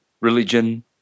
religion